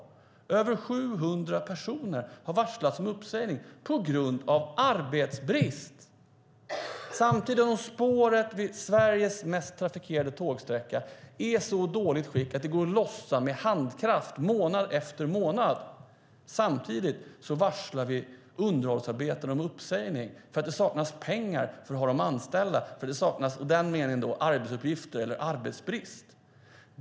Över 700 personer har varslats om uppsägning på grund av arbetsbrist. Samtidigt är spåret på Sveriges mest trafikerade tågsträcka i så dåligt skick att det går att lossa med handkraft månad efter månad. Samtidigt varslas underhållsarbetare om uppsägning för att det saknas pengar för att ha dem anställda. I den meningen saknas arbetsuppgifter - det råder arbetsbrist.